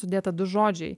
sudėta du žodžiai